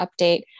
update